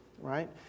right